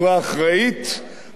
לא להוציא מפה את כל העשירים,